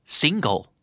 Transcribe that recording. single